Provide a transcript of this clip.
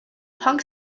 punk